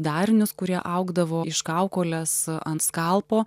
darinius kurie augdavo iš kaukolės ant skalpo